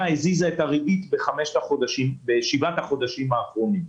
הזיזה את הריבית בשבעת החודשים האחרונים.